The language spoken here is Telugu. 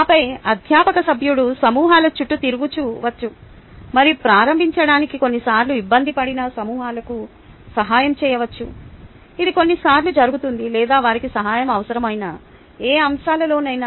ఆపై అధ్యాపక సభ్యుడు సమూహాల చుట్టూ తిరగవచ్చు మరియు ప్రారంభించడానికి కొన్నిసార్లు ఇబ్బంది పడిన సమూహాలకు సహాయం చేయవచ్చు ఇది కొన్నిసార్లు జరుగుతుంది లేదా వారికి సహాయం అవసరమైన ఏ అంశాలలోనైనా